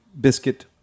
biscuit